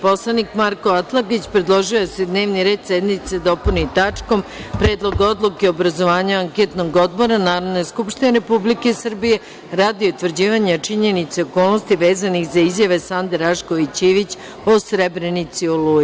Narodni poslanik Marko Atlagić predložio je da se dnevni red sednice dopuni tačkom – Predlog odluke o obrazovanju anketnog odbora Narodne skupštine Republike Srbije radi utvrđivanja činjenica i okolnosti vezanih za izjave Sande Rašković Ivić o Srebrenici i „Oluji“